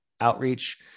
outreach